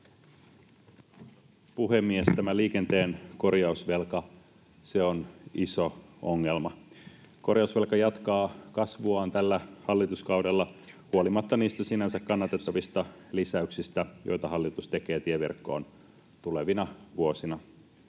puhemies! Tämä liikenteen korjausvelka, se on iso ongelma. Korjausvelka jatkaa kasvuaan tällä hallituskaudella huolimatta niistä sinänsä kannatettavista lisäyksistä, joita hallitus tekee tieverkkoon tulevina vuosina.